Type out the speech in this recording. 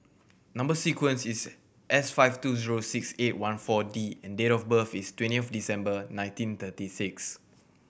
number sequence is S five two zero six eight one Four D and date of birth is twenty of December nineteen thirty six